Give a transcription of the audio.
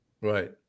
Right